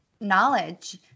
knowledge